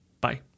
Bye